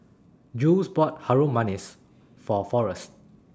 Jules bought Harum Manis For Forrest